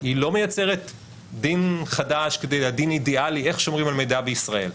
היא לא מייצרת דין חדש דין אידיאלי איך שומרים על מידע בישראל,